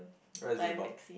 what is it about